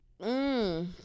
Mmm